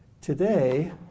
today